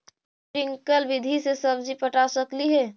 Sprinkle विधि से सब्जी पटा सकली हे?